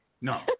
no